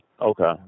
Okay